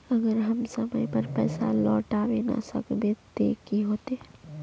अगर हम समय पर पैसा लौटावे ना सकबे ते की होते?